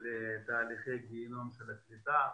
תהליכי הגיהינום של הקליטה.